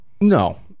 no